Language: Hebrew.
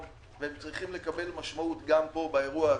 והן צריכות לקבל משמעות גם כאן באירוע הזה.